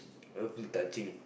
all feels touching